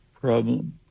problem